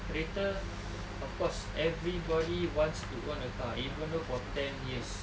kereta of course everybody wants to own a car even though for ten years